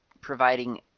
providing